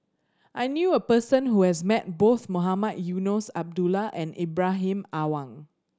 I knew a person who has met both Mohamed Eunos Abdullah and Ibrahim Awang